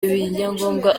ibyangombwa